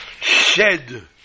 Shed